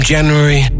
January